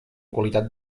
qualitat